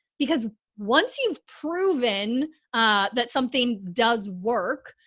because once you've proven that something does work,